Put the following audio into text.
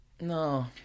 No